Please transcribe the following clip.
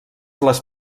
les